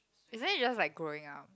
isn't it just like growing up